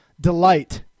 delight